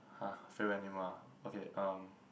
!huh! favourite animal ah okay um